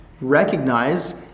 recognize